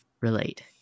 relate